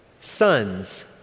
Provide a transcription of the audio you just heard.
sons